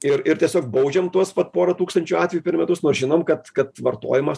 ir ir tiesiog baudžiam tuos vat porą tūkstančių atvejų per metus nors žinome kad kad vartojimas